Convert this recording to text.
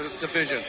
division